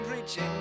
reaching